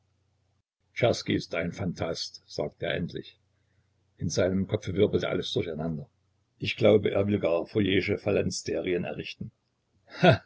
ist ein phantast sagte er endlich in seinem kopfe wirbelt alles durcheinander ich glaube er will gar fouriersche phalansterien errichten